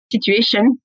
situation